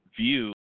view